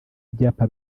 ibyapa